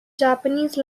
japanese